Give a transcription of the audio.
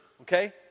Okay